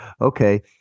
Okay